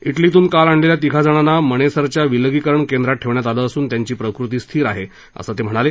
इ लीतून काल आणलेल्या तिघाजणांना मणेसरच्या विलगीकरण केंद्रात ठेवण्यात आलं असून त्यांची प्रकृती स्थिर आहे असं ते म्हणाले